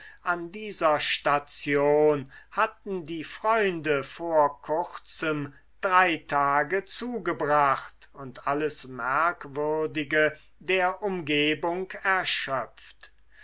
an dieser station hatten die freunde vor kurzem drei tage zugebracht und alles merkwürdige der umgebung erschöpft